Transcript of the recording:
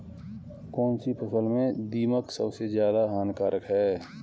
कौनसी फसल में दीमक सबसे ज्यादा हानिकारक है?